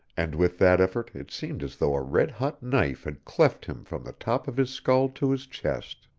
and with that effort it seemed as though a red-hot knife had cleft him from the top of his skull to his chest.